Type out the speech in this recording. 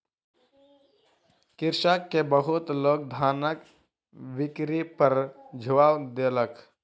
कृषक के बहुत लोक धानक बिक्री पर सुझाव देलक